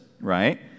right